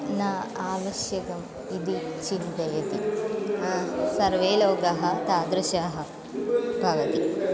न आवश्यकम् इति चिन्तयति सर्वे लोकः तादृशाः भवति